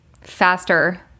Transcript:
faster